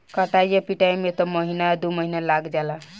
कटाई आ पिटाई में त महीना आ दु महीना लाग जाला